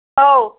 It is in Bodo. औ